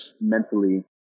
mentally